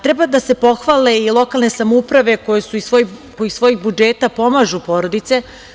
Treba da se pohvale i lokalne samouprave koje iz svojih budžeta pomažu porodice.